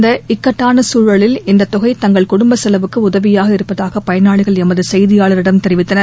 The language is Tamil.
இந்த இக்கட்டான சூழலில் இந்த தொகை தங்கள் குடும்ப செலவுக்கு உதவியதாக பயனாளிகள் எமது செய்தியாளரிடம் தெரிவித்தனர்